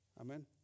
Amen